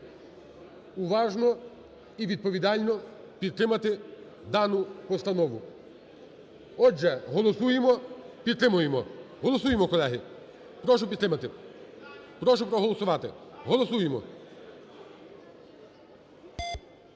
уважно, і відповідально підтримати дану постанову. Отже, голосуємо, підтримуємо, голосуємо, колеги, прошу підтримати, прошу проголосувати, голосуємо.